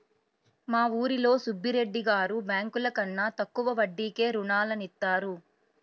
మా ఊరిలో సుబ్బిరెడ్డి గారు బ్యేంకుల కన్నా తక్కువ వడ్డీకే రుణాలనిత్తారు